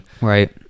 right